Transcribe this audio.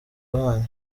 bwanyu